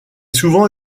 souvent